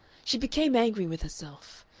she became angry with herself.